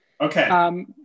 Okay